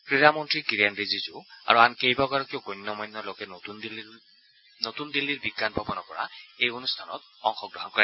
ক্ৰীড়া মন্ত্ৰী কিৰেন ৰিজিজু আৰু আন কেইবাগৰাকীও গণ্য মান্য লোকে নতুন দিল্লীৰ বিজ্ঞান ভৱনৰ পৰা এই অনূষ্ঠানত অংশগ্ৰহণ কৰে